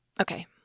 okay